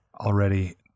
already